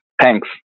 Thanks